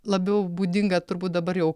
labiau būdinga turbūt dabar jau